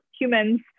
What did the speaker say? humans